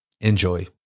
Enjoy